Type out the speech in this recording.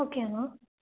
okay Anna